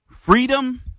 Freedom